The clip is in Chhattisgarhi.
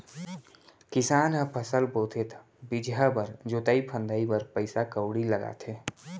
किसान ह फसल बोथे त बीजहा बर, जोतई फंदई बर पइसा कउड़ी लगाथे